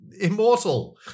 immortal